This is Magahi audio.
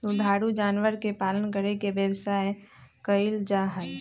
दुधारू जानवर के पालन करके व्यवसाय कइल जाहई